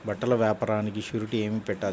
బట్టల వ్యాపారానికి షూరిటీ ఏమి పెట్టాలి?